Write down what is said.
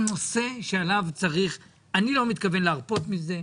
מתכוון להרפות מזה.